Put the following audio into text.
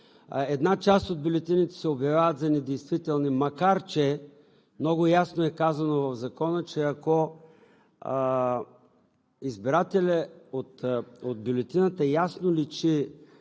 Една част от бюлетините се обявяват за недействителни, макар че много ясно е казано в Закона, че ако от бюлетината ясно личи